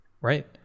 Right